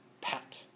pat